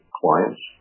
clients